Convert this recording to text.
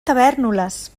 tavèrnoles